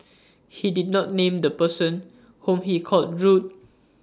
he did not name the person whom he called rude